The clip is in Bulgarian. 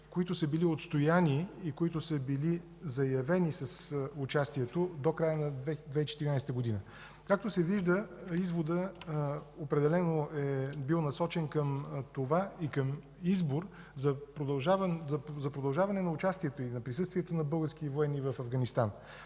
които са били отстояни и които са били заявени с участието до края на 2014 г. Както се вижда, изводът определено е бил насочен към това и към избор за продължаване на участието и на присъствието на български военни в Афганистан.